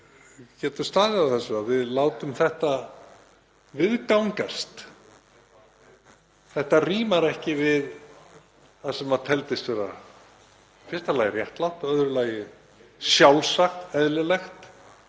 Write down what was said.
getur staðið á því að við látum þetta viðgangast? Þetta rímar ekki við það sem teldist vera í fyrsta lagi réttlátt og í öðru lagi sjálfsagt og eðlilegt.